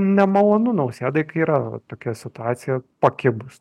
nemalonu nausėdai kai yra tokia situacija pakibus